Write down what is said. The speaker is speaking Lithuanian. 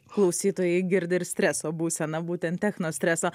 klausytojai girdi ir streso būseną būtent techno streso